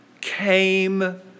came